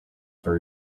for